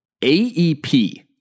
AEP